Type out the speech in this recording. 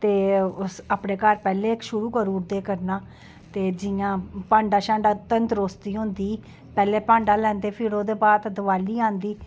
ते अपने घर पैह्लें शूरू करूउदे करना ते जि'यां भांडा शांडा धन धरोस्ती होंदी पैह्लें भांडा लैंदे फिर ओह्दे बाद दिवाली आंदी